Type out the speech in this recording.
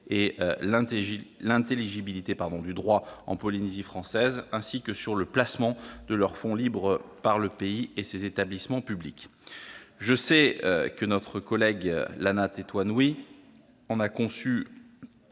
et l'intelligibilité du droit en Polynésie française et sur le placement de leurs fonds libres par le pays et ses établissements publics. Je sais que notre collègue Lana Tetuanui en a conçu